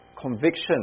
conviction